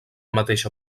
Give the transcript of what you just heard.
mateixa